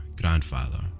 grandfather